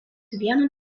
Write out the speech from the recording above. vienu